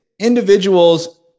Individuals